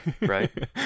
Right